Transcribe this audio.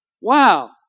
Wow